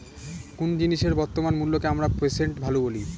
কোন জিনিসের বর্তমান মুল্যকে আমরা প্রেসেন্ট ভ্যালু বলি